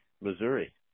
Missouri